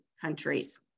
countries